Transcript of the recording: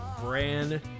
Brand